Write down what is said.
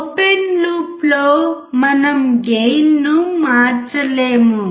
open లూప్లో మనం గెయిన్ను మార్చలేము